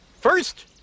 first